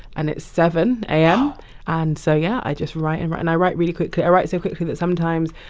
and it's seven a m wow and so yeah, i just write and write. and i write really quickly. i write so quickly that, sometimes,